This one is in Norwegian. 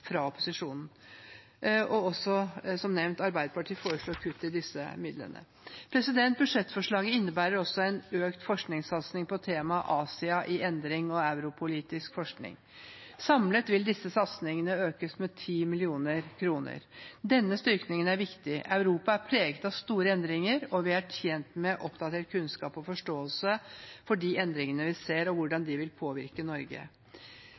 fra opposisjonen. Budsjettforslaget innebærer også en økt forskningssatsing på temaet Asia i endring og på europolitisk forskning. Samlet vil disse satsingene økes med 10 mill. kr. Denne styrkingen er viktig. Europa er preget av store endringer, og vi er tjent med å oppdatere kunnskap og forståelse for de endringene vi ser, og hvordan de vil påvirke Norge.